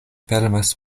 fermas